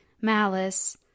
malice